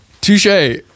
touche